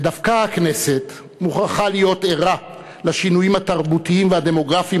ודווקא הכנסת מוכרחה להיות ערה לשינויים התרבותיים והדמוגרפיים